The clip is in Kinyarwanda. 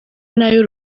nayo